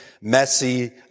messy